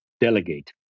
delegate